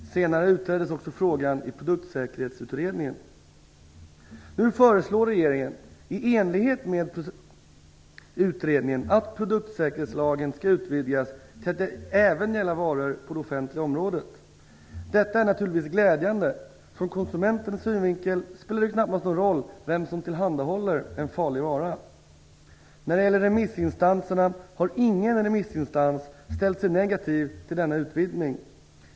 Senare utreddes också frågan i Produktsäkerhetsutredningen. Nu föreslår regeringen, i enlighet med utredningen, att produktsäkerhetslagen skall utvidgas till att även gälla varor på det offentliga området. Detta är naturligtvis glädjande. Från konsumentens synvinkel spelar det knappast någon roll vem som tillhandahåller en farlig vara. Ingen remissinstans har ställt sig negativ till denna utvidgning.